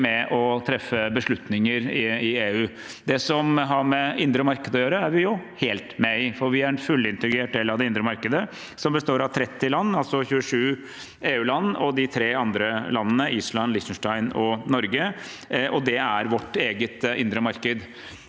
med på å treffe beslutninger i EU. Det som har med det indre markedet å gjøre, er vi helt med i. Vi er en fullintegrert del av det indre markedet, som består av 30 land, altså 27 EU-land og de tre landene Island, Liechtenstein og Norge, og det er vårt eget indre marked.